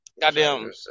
goddamn